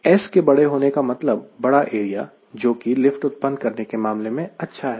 S के बड़े होने का मतलब बड़ा एरिया जो कि लिफ्ट उत्पन्न करने के मामले में अच्छा है